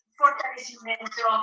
fortalecimento